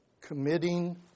committing